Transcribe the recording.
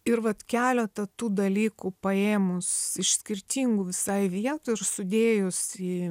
ir vat keletą tų dalykų paėmus iš skirtingų visai vietų ir sudėjus į